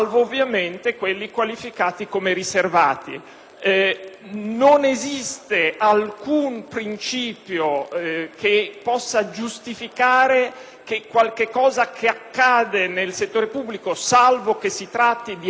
Non esiste alcun principio che possa giustificare l'occultamento di qualcosa che accade nel settore pubblico, salvo si tratti di evento riservato, qualificato come tale.